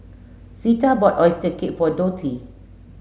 Zeta bought oyster cake for Dottie